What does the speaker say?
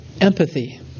empathy